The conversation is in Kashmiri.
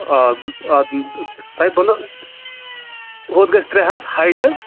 آ تۄہہِ بَنٛنو ہُتھ گژھِ ترٛےٚ ہَتھ ہاے ٹٮ۪ک